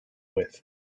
with